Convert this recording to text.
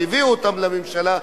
שהביאו אותם לממשלה,